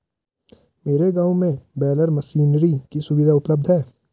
मेरे गांव में बेलर मशीनरी की सुविधा उपलब्ध है